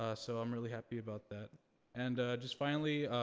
ah so i'm really happy about that and just finally,